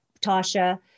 Tasha